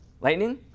Lightning